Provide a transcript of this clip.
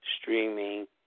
streaming